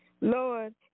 Lord